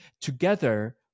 together